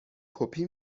کپی